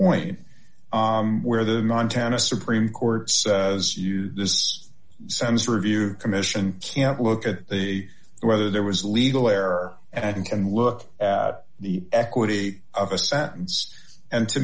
point where the montana supreme court says you this sense review commission can't look at the whether there was legal error and look at the equity of a sentence and to